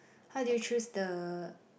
how do you choose the